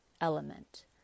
element